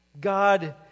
God